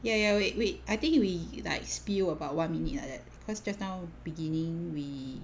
ya ya wait wait I think we like spill about one minute like that cause just now beginning we